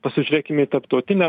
pasižiūrėkim į tarptautinę